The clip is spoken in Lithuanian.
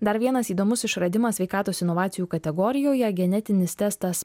dar vienas įdomus išradimas sveikatos inovacijų kategorijoje genetinis testas